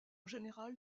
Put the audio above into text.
général